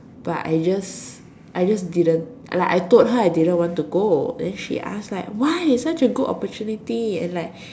but I just I just didn't like I told her I didn't want to go then she ask like why it's such a good opportunity and like